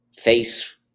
face